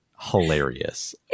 hilarious